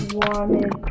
wanted